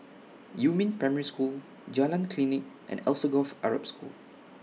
Yumin Primary School Jalan Klinik and Alsagoff Arab School